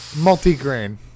Multi-grain